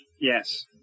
Yes